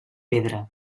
pedra